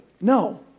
No